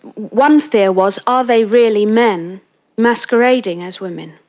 one fear was are they really men masquerading as women?